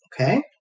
Okay